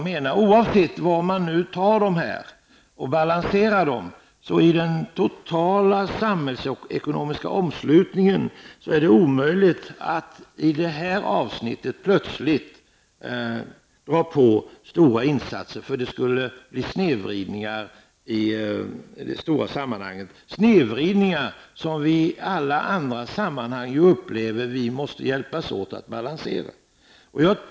Men oavsett var man tar resurserna och balanserar dem, är det i den totala samhällsekonomiska omslutningen omöjligt att i det här avsnittet plötsligt dra på med stora insatser. Då skulle det bli snedvridningar i det stora sammanhanget, som vi i alla andra sammanhang säger att vi måste hjälpas åt att balansera.